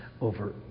over